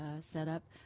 setup